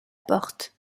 porte